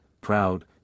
proud